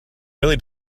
really